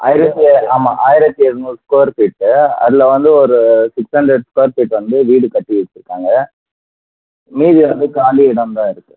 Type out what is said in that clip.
ஆயிரத்தி ஆமாம் ஆயிரத்தி எழுநூறு ஸ்கொயர் ஃபீட்டு அதில் வந்து ஒரு சிக்ஸ் ஹண்ட்ரட் ஸ்கொயர் ஃபீட் வந்து வீடு கட்டி வைச்சிருக்காங்க மீதி வந்து காலி இடந்தான் இருக்குது